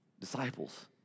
disciples